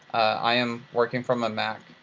i am working from a mac.